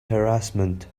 harassment